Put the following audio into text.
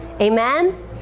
Amen